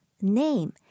name